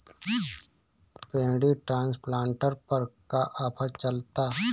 Paddy transplanter पर का offer चलता?